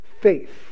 Faith